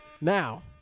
now